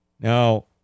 Now